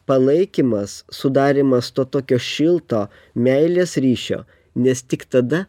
palaikymas sudarymas to tokio šilto meilės ryšio nes tik tada